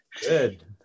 Good